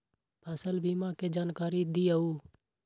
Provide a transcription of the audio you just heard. फसल बीमा के जानकारी दिअऊ?